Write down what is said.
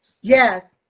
Yes